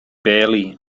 barely